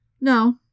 No